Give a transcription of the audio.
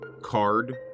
card